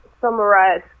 Summarize